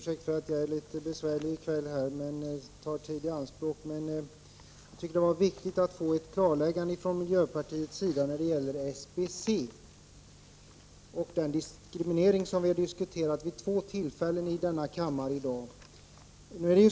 Herr talman! Jag ber om ursäkt för att jag är litet besvärlig och tar tid i anspråk i kväll, men jag tycker att det är viktigt att få ett klarläggande från miljöpartiets sida när det gäller SBC och den diskriminering som vi vid två tillfällen i dag diskuterat i denna kammare.